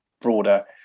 broader